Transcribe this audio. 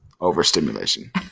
overstimulation